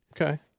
Okay